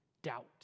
doubt